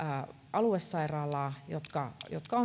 aluesairaalaa jotka jotka